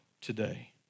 today